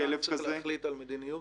בשביל זה צריך להחליט על מדיניות.